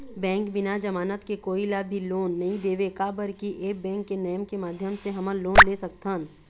Bank बिना जमानत के कोई ला भी लोन नहीं देवे का बर की ऐप बैंक के नेम के माध्यम से हमन लोन ले सकथन?